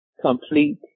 Complete